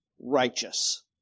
righteous